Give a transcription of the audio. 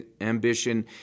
ambition